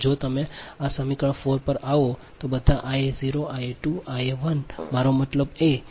Va Va1 Va2 Va0